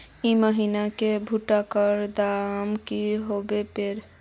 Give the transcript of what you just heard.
ई महीना की भुट्टा र दाम की होबे परे?